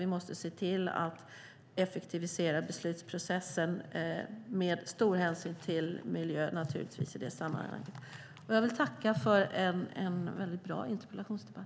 Vi måste se till att effektivisera beslutsprocessen, naturligtvis med stor hänsyn till miljön. Jag tackar för en väldigt bra interpellationsdebatt!